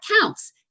counts